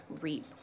REAP